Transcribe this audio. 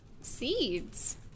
Seeds